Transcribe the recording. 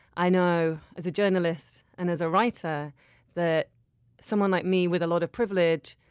i know as a journalist and as a writer that someone like me with a lot of privilege